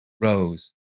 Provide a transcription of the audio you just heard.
Rose